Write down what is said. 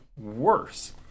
worse